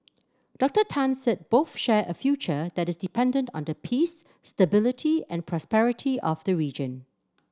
Doctor Tan said both share a future that is dependent on the peace stability and prosperity of the region